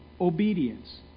obedience